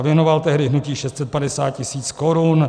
Věnoval tehdy hnutí 650 tis. korun.